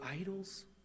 idols